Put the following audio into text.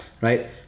right